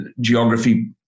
geography